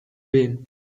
wen